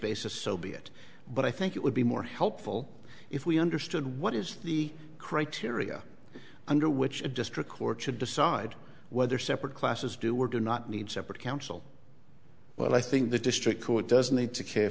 basis so be it but i think it would be more helpful if we understood what is the criteria under which it just records should decide whether separate classes do were do not need separate counsel well i think the district court does need to care